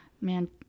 man